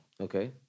Okay